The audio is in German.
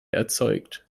erzeugt